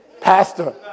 Pastor